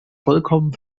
vollkommen